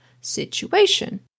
situation